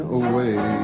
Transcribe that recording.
away